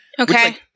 Okay